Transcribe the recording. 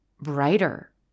brighter